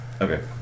Okay